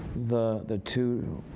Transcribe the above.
the the two